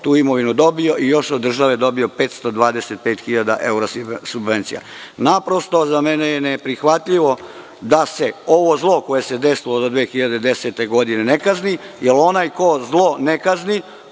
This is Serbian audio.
tu imovinu dobio i još od države dobio 525.000 eura subvencija. Naprosto, za mene je neprihvatljivo da se ovo zlo koje se desilo do 2010. godine ne kazni, jer onaj ko zlo ne kazni,